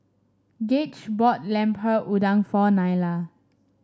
Gage bought Lemper Udang for Nyla